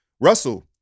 Russell